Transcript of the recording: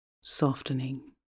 softening